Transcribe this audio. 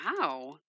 Wow